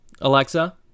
Alexa